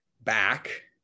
back